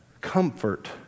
comfort